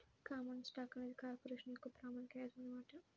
common stock అనేది corporation యొక్క ప్రామాణిక యాజమాన్య వాటా